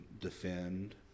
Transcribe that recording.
defend